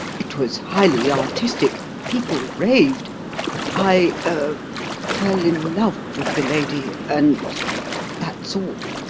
it was highly artistic people raved i er fell in love with the lady and that's all!